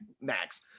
max